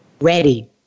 ready